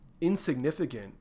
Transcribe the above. insignificant